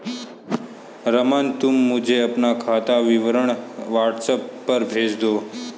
रमन, तुम मुझे अपना खाता विवरण व्हाट्सएप पर भेज दो